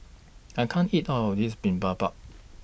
I can't eat All of This